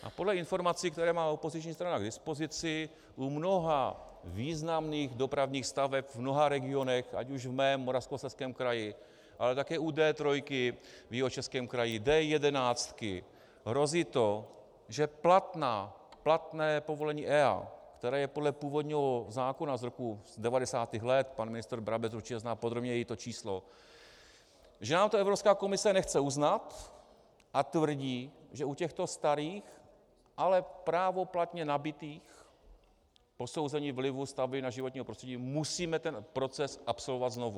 A podle informací, které má opoziční strana k dispozici, u mnoha významných dopravních staveb v mnoha regionech, ať už v mém Moravskoslezském kraji, ale také u D3 v Jihočeském kraji, D11 hrozí to, že platné povolení EIA, které je podle původního zákona z 90. let, pan ministr Brabec určitě zná podrobněji to číslo, že nám to Evropská komise nechce uznat a tvrdí, že u těchto starých, ale právoplatně nabytých posouzení vlivu stavby na životní prostředí musíme ten proces absolvovat znovu.